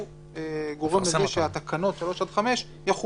הוא גורם לזה שתקנות 3 5 יחולו.